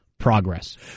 progress